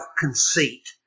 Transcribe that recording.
conceit